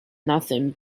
nothing